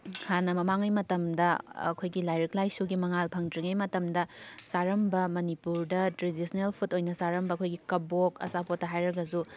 ꯍꯥꯟꯅ ꯃꯃꯥꯡꯉꯩ ꯃꯇꯝꯗ ꯑꯩꯈꯣꯏꯒꯤ ꯂꯥꯏꯔꯤꯛ ꯂꯥꯏꯁꯨꯒꯤ ꯃꯉꯥꯜ ꯐꯪꯗ꯭ꯔꯤꯉꯩ ꯃꯇꯝꯗ ꯆꯥꯔꯝꯕ ꯃꯅꯤꯄꯨꯔꯗ ꯇ꯭ꯔꯦꯗꯤꯁꯅꯦꯜ ꯐꯨꯠ ꯑꯣꯏꯅ ꯆꯥꯔꯝꯕ ꯑꯩꯈꯣꯏꯒꯤ ꯀꯕꯣꯛ ꯑꯆꯥꯄꯣꯠꯇ ꯍꯥꯏꯔꯒꯁꯨ